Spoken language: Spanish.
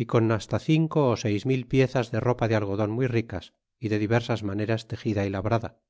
y con fasta cinco ó seis mil piezas de ropa de algodon muy ricas y de diversas maneras texida y labrada